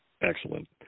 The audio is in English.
Excellent